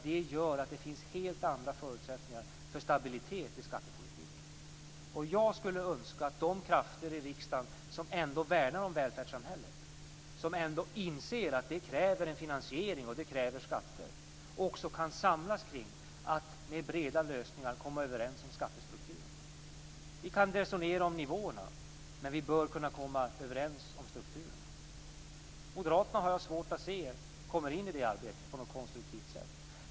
Det gör att det finns helt andra förutsättningar för stabilitet i skattepolitiken. Jag skulle önska att de krafter i riksdagen som värnar om välfärdssamhället, som inser att det kräver en finansiering och att det kräver skatter, också med breda lösningar kan komma överens om skattestrukturerna. Vi kan resonera om nivåerna, men vi bör kunna komma överens om strukturerna. Jag har svårt att se att Moderaterna kan delta i det arbetet på ett konstruktivt sätt.